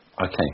Okay